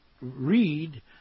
read